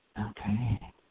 Okay